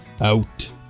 out